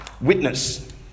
witness